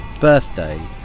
birthday